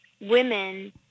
women